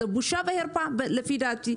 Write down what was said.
זו בושה וחרפה לפי דעתי.